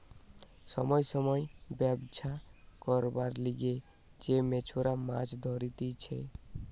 সময় সময় ব্যবছা করবার লিগে যে মেছোরা মাছ ধরতিছে